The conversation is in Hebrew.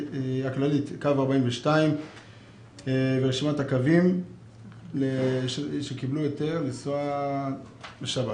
הכללית של קו 42 ורשימת הקווים שקיבלו היתר לנסוע בשבת.